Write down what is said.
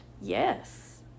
yes